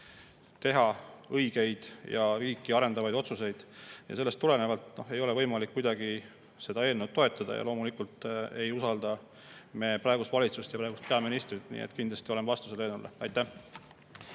teha õigeid ja riiki arendavaid otsuseid. Sellest tulenevalt ei ole kuidagi võimalik seda eelnõu toetada. Loomulikult ei usalda me praegust valitsust ja praegust peaministrit, nii et kindlasti oleme selle eelnõu vastu. Aitäh!